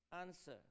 Answer